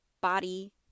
body